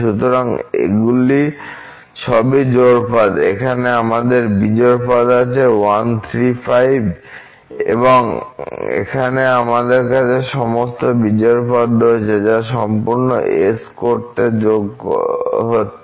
সুতরাং এগুলি সবই জোড় পদ এখানে আমাদের বিজোড় পদ আছে1 35 ইত্যাদি এখানে আমাদের কাছে সমস্ত বিজোড় পদ রয়েছে যা সম্পূর্ণ S করতে যোগ হচ্ছে